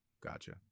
Gotcha